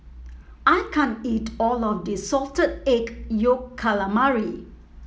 I can't eat all of this Salted Egg Yolk Calamari